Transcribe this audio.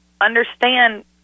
understand